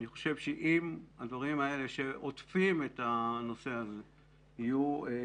אני חושב שאם הדברים האלה שעוטפים את הנושא הזה ישופרו,